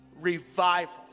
revival